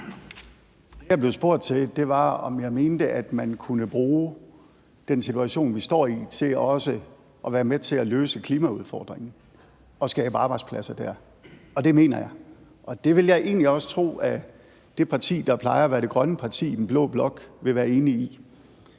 Det, jeg blev spurgt til, var, om jeg mente, at man kunne bruge den situation, vi står i, til også at være med til at løse klimaudfordringen og skabe arbejdspladser der. Og det mener jeg, og det vil jeg egentlig også tro at det parti, der plejer at være det grønne parti i den blå blok, vil være enige i.